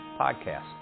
podcast